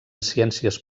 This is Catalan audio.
ciències